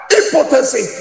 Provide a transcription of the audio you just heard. impotency